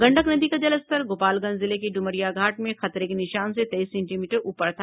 गंडक नदी का जलस्तर गोपालगंज जिले के डुमरिया घाट में खतरे के निशान से तेईस सेंटीमीटर ऊपर था